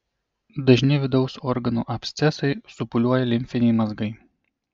dažni vidaus organų abscesai supūliuoja limfiniai mazgai